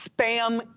spam